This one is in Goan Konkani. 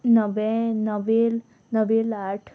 नवे न्वेल नव्वेल आठ